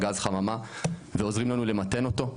גז חממה ועוזרים לנו למתן אותו,